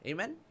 Amen